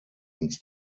uns